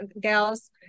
gals